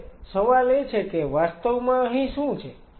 હવે સવાલ એ છે કે વાસ્તવમાં અહીં શું છે